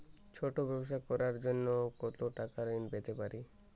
ছোট ব্যাবসা করার জন্য কতো টাকা ঋন পেতে পারি?